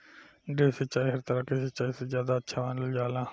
drip सिंचाई हर तरह के सिचाई से ज्यादा अच्छा मानल जाला